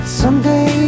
someday